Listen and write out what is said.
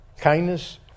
kindness